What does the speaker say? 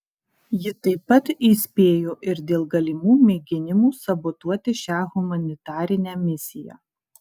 ji taip pat įspėjo ir dėl galimų mėginimų sabotuoti šią humanitarinę misiją